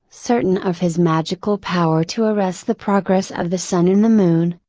certain of his magical power to arrest the progress of the sun and the moon,